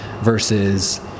versus